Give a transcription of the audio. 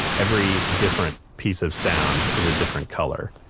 every different piece of sound is a different color,